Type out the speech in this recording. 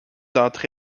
d’entre